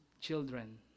children